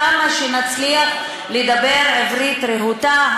כמה שנצליח לדבר עברית רהוטה,